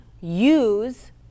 use